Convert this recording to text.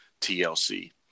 TLC